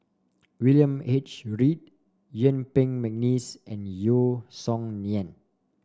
William H Read Yuen Peng McNeice and Yeo Song Nian